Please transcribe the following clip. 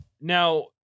Now